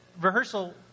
rehearsal